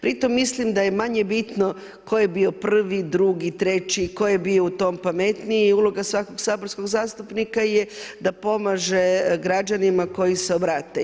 Pri tome mislim da je manje bitno tko je bio prvi, drugi, treći, tko je bio u tom pametniji i uloga svakog saborskog zastupnika je da pomaže građanima koji se obrate.